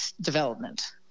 development